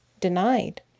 denied